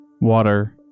Water